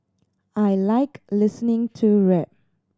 I like listening to rap